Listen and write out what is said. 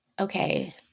okay